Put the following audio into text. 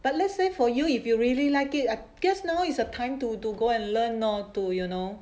but let's say for you if you really like it I guess now is the time to do go and learn lor to you know